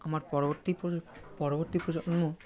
আমার পরবর্তী প্রজন্ম পরবর্তী প্রজন্ম